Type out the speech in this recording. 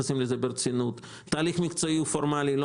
שהתהליך המקצועי הוא פורמאלי.